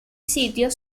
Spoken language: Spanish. sitio